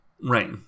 Right